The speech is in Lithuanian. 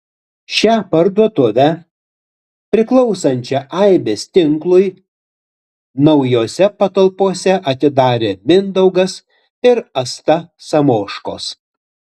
šią parduotuvę priklausančią aibės tinklui naujose patalpose atidarė mindaugas ir asta samoškos